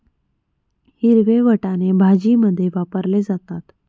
हिरवे वाटाणे भाजीमध्ये वापरले जातात